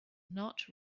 not